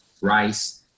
Rice